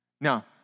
Now